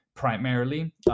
Primarily